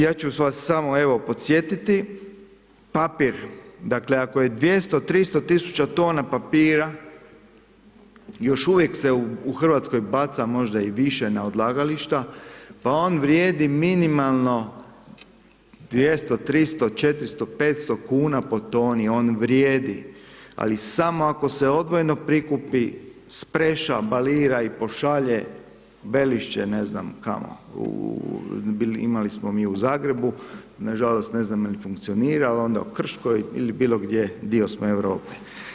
Ja ću vas samo evo podsjetiti, papir, dakle ako je 200, 300 000 tona papira još uvijek se u Hrvatskoj baca možda i više na odlagališta pa on vrijedi minimalno 200, 300, 400, 500 kuna po toni, on vrijedi ali samo ako se odvojeno prikupi, spreša, balira i pošalje u Belišće, ne znamo kamo, imali smo mi u Zagrebu, nažalost ne znam jel' funkcionira, onda u ... ili bilo gdje, dio smo Europe.